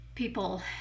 People